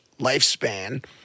lifespan